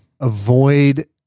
Avoid